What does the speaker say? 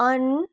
on